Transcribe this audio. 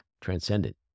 transcendent